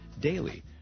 daily